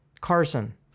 Carson